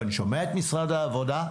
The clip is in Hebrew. ואני שומע את משרד העבודה,